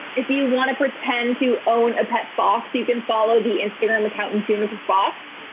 if you wanna pretend to own a pet fox, you can follow the instagram account and juniperfoxx,